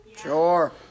Sure